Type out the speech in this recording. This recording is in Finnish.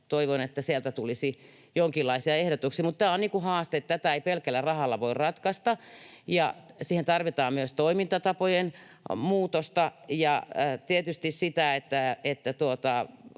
toivon, että sieltä tulisi jonkinlaisia ehdotuksia. Mutta tämä on haaste, tätä ei pelkällä rahalla voi ratkaista. Siihen tarvitaan myös toimintatapojen muutosta ja tietysti sitä, että